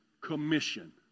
Commission